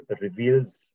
reveals